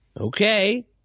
Okay